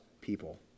people